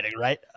Right